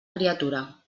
criatura